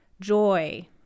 joy